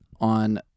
On